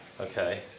Okay